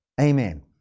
Amen